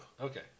Okay